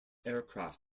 aircraft